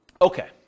Okay